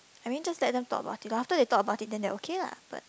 I mean just let them talk about it lah after they talk about it they are okay ah but